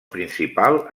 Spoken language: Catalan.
principal